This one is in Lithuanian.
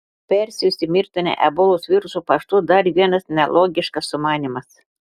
persiųsti mirtiną ebolos virusą paštu dar vienas nelogiškas sumanymas